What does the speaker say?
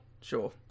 Sure